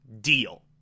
deal